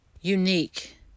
unique